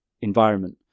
environment